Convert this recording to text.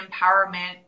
empowerment